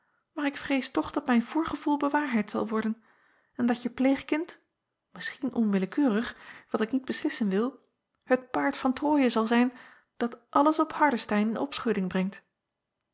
maar ik vrees toch dat mijn voorgevoel bewaarheid zal worden en dat je pleegkind misschien onwillekeurig wat ik niet beslissen wil het paard van roje zal zijn dat alles op ardestein in opschudding brengt